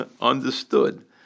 understood